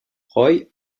roy